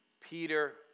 Peter